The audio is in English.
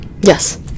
Yes